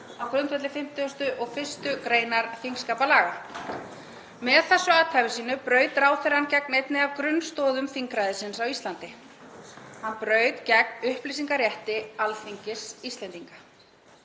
á grundvelli 51. gr. þingskapalaga. Með þessu athæfi sínu braut ráðherrann gegn einni af grunnstoðum þingræðisins á Íslandi. Hann braut gegn upplýsingarétti Alþingis Íslendinga.